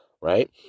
Right